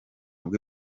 bwe